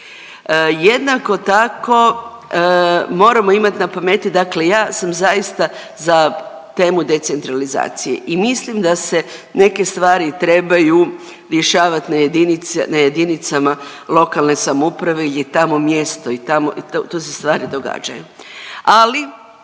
Jednako tako moramo imat na pameti dakle ja sam zaista za temu decentralizacije i mislim da se neke stvari trebaju rješavat na jedinicama lokalne samouprave jer je tamo mjesto i tu se stvari događaju, ali